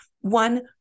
one